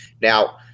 Now